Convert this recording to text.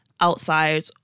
outside